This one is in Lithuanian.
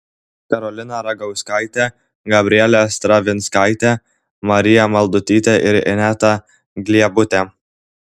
karolina ragauskaitė gabrielė stravinskaitė marija maldutytė ir ineta gliebutė